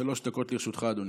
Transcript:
שלוש דקות לרשותך אדוני.